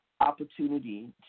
opportunity